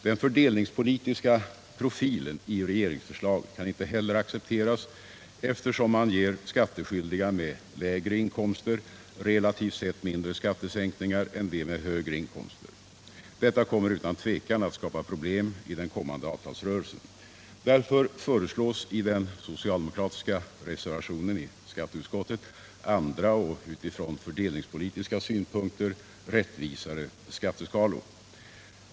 Den fördelningspolitiska profilen i regeringsförslaget kan inte heller accepteras, eftersom man ger skattskyldiga med lägre inkomster relativt sett mindre skattesänkningar än dem som har högre inkomster. Detta kommer utan tvivel att skapa problem i den kommande avtalsrörelsen. Därför föreslås i den socialdemokratiska reservationen i skatteutskottet andra och utifrån fördelningspolitiska synpunkter rättvisare skatteskalor.